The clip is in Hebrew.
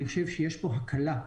אני חושב שיש כאן הקלה,